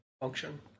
function